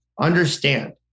understand